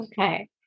Okay